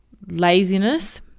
laziness